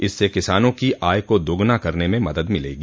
इससे किसानों की आय को दुगुना करने में मदद मिलेगी